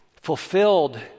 fulfilled